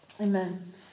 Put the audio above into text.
Amen